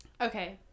Okay